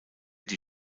die